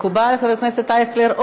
מקובל, חבר הכנסת אייכלר?